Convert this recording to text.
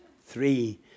Three